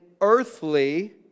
earthly